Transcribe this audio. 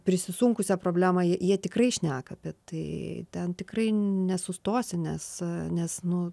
prisisunkusią problemą jie tikrai šneka apie tai ten tikrai nesustosi nes nes nu